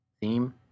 theme